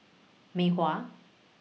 Mei Hua